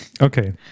Okay